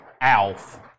Alf